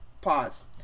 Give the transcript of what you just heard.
pause